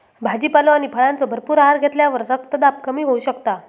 भाजीपालो आणि फळांचो भरपूर आहार घेतल्यावर रक्तदाब कमी होऊ शकता